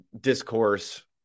discourse